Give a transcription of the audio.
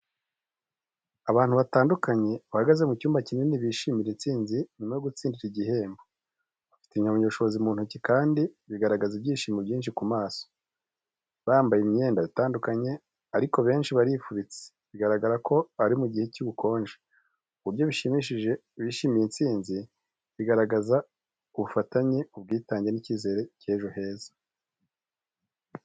Abantu batandukanye bahagaze mu cyumba kinini bishimira intsinzi nyuma yo gutsindira igihembo. Bafite impamyabushobozi mu ntoki kandi bagaragaza ibyishimo byinshi ku maso. Bambaye imyenda itandukanye ariko benshi barifubitse, bigaragara ko ari mu gihe cy'ubukonje. Uburyo bishimiye intsinzi bigaragaza ubufatanye, ubwitange n’icyizere cy’ejo heza.